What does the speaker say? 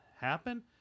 happen